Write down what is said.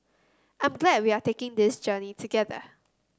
I'm glad we are taking this journey together